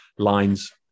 Lines